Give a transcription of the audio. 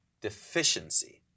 deficiency